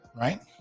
right